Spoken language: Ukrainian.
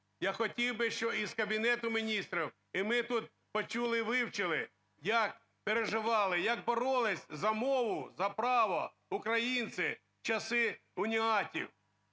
Я хотів би, щоб і з Кабінету Міністрів, і ми тут почули, вивчили, як переживали, як боролися за мову, за право українці в часі уніатів,